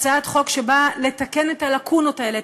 הצעת חוק שבאה לתקן את הלקונות האלה,